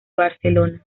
barcelona